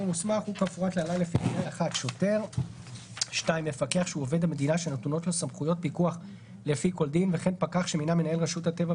סליחה, לפי המועדים שנקבעו בחוק העבירות המנהליות.